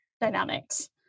dynamics